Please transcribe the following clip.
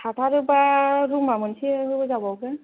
थाथारोबा रुमा मोनसे होजाबावगोन